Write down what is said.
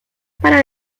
para